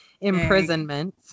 imprisonment